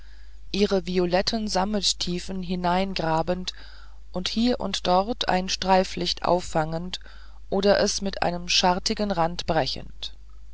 ihre violetten sammettiefen hineingrabend und hier und dort ein streiflicht auffangend oder es mit einem schartigen rande brechend